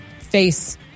face